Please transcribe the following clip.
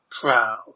proud